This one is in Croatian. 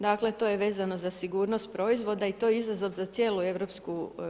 Dakle, to je vezano za sigurnost proizvoda i to je izazov za cijelu EU.